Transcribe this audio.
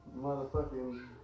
Motherfucking